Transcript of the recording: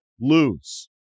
lose